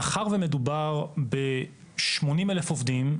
מאחר ומדובר בשמונים אלף עובדים,